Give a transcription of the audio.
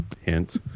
Hint